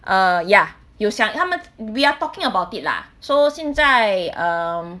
uh ya 有想他们 we are talking about it lah so 现在 um